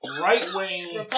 right-wing